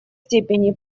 степени